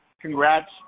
Congrats